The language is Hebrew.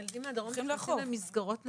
הילדים מהדרום הולכים למסגרות בצפון.